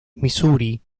missouri